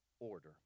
order